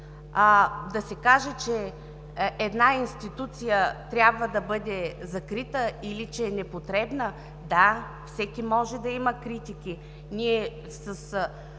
да се каже, че една институция трябва да бъде закрита или че е непотребна?! Да, всеки може да има критики